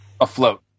afloat